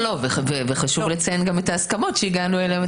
וחשוב לציין גם את ההסכמות שהגענו אליהן.